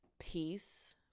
Peace